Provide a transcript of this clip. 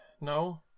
No